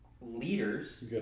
leaders